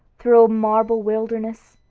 through a marble wilderness?